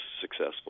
successful